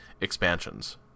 expansions